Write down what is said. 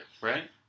right